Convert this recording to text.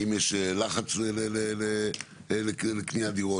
האם יש לחץ לקניית דירות,